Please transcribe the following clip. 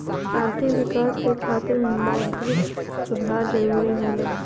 आर्थिक विकास क खातिर मौद्रिक सुधार जरुरी होला